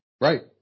Right